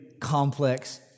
complex